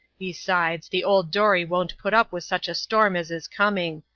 besides, the old dory won't put up with such a storm as is coming.